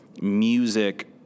music